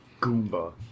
Goomba